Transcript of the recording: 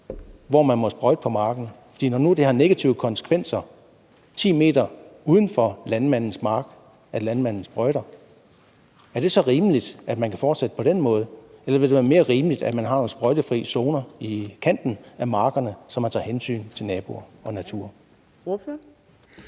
hvor man må sprøjte på marken. For når nu det har negative konsekvenser 10 m uden for landmandens mark, at landmanden sprøjter, er det så rimeligt, at man kan fortsætte på den måde, eller vil det være mere rimeligt, at man har nogle sprøjtefri zoner i kanten af markerne, så man tager hensyn til naboer og natur?